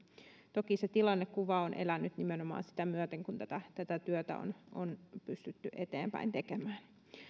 toki se tilannekuva on elänyt nimenomaan sitä myöten kun tätä tätä työtä on pystytty eteenpäin tekemään